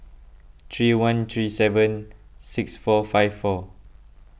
three one three seven six four five four